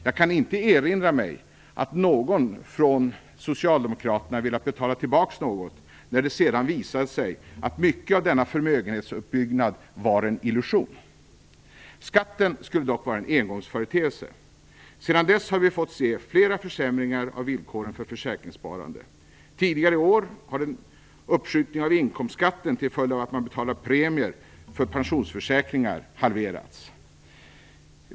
Jag kan inte erinra mig att någon från Socialdemokraterna velat betala tillbaka något, när det sedan visade sig att mycket av denna förmögenhetsuppbyggnad var en illusion. Skatten skulle dock vara en engångsföreteelse. Sedan dess har vi fått se flera försämringar av villkoren för försäkringssparande. Tidigare i år har uppskjutning av inkomstskatten till följd av att man betalar premier för pensionsförsäkringar halverats.